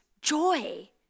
joy